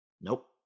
Nope